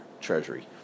treasury